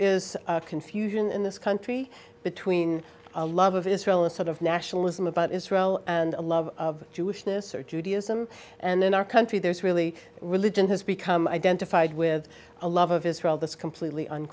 is confusion in this country between a love of israel a sort of nationalism about israel and a love of jewishness or judaism and in our country there's really religion has become identified with a love of israel that's completely